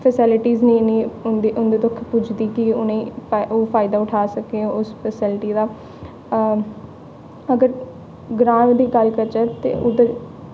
facility निं इन्ने उं'दे तक पुजदी कि उ'नेंगी ओह् फायदा उठा सके और उस फैसिलिटी दा अगर ग्रांऽ दी गल्ल करचै ते उद्धर